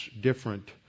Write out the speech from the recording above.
different